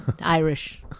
Irish